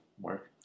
work